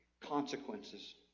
consequences